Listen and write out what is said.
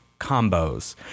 combos